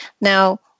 Now